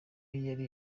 yari